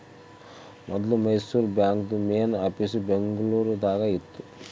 ಮೊದ್ಲು ಮೈಸೂರು ಬಾಂಕ್ದು main office Bengaluru ದಾಗ ಇತ್ತು